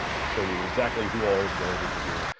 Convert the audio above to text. show you exactly who all is related to who,